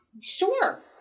Sure